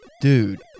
Dude